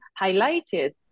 highlighted